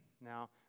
Now